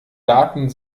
daten